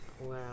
Wow